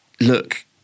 look